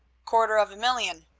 quarter of a million,